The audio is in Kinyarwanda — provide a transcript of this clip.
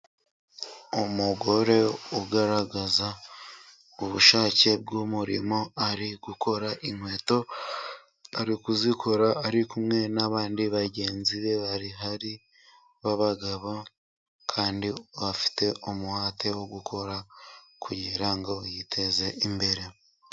Umugore ugaragaza ubushake bw'umurimo ari gukora inkweto, ari kuzikora ari kumwe n'abandi bagenzi be bari bahari b'abagabo, kandi afite umuhate wo gukora kugira ngo yiteze imbere.